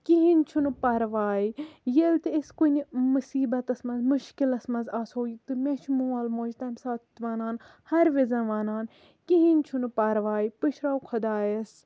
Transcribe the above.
کِہیٖنۍ چھُ نہٕ پَرواے ییٚلہِ تہِ أسۍ کُنہِ مُصیبَتَس مَنٛز مُشکِلَس مَنٛز آسو تہٕ مےٚ چھُ مول موج تمہِ ساتہٕ وَنان ہر وِزیٚن وَنان کِہیٖنۍ چھُ نہٕ پَرواے پُشراو خۄدایَس